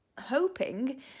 hoping